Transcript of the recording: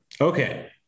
Okay